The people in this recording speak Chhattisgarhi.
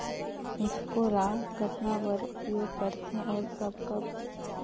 ईफको ल कतना बर उपयोग करथे और कब कब?